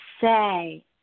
say